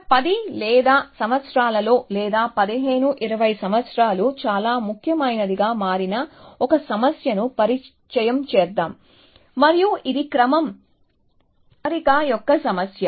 గత 10 లేదా సంవత్సరాలలో లేదా 15 20 సంవత్సరాలు చాలా ముఖ్యమైనదిగా మారిన ఒక సమస్యను పరిచయం చేద్దాం మరియు ఇది క్రమం అమరిక యొక్క సమస్య